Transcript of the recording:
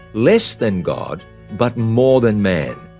less than god but more than man,